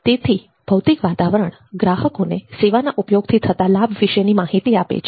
તેથી ભૌતિક વાતાવરણ ગ્રાહકોને સેવાના ઉપયોગથી થતા લાભ વિશેની માહિતી આપે છે